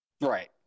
Right